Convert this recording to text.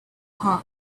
heart